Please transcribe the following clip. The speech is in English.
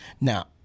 Now